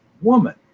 woman